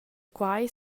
quai